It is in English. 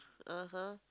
uh !huh!